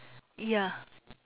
ya